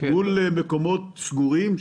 מול מקומות סגורים,